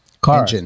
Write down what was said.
Car